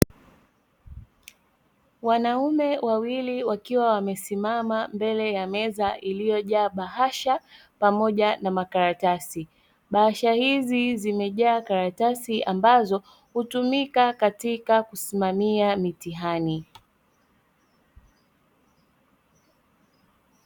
Wanaume wawili wakiwa simama mbele ya meza iliyojaa bahasha pamoja na makaratasi. Bahasha hizi zimejaa karatasi ambazo hutumika katika kusimamia mitihani.